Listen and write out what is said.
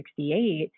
1968